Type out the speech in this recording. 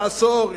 תאסור,